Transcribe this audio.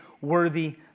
worthy